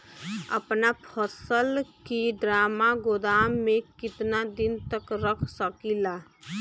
अपना फसल की ड्रामा गोदाम में कितना दिन तक रख सकीला?